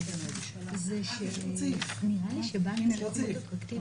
אני צריך למלא מלא טפסים.